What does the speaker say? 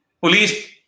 Police